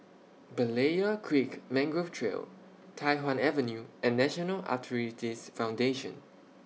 Berlayer Creek Mangrove Trail Tai Hwan Avenue and National Arthritis Foundation